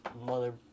mother